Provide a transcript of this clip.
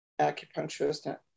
acupuncturist